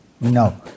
No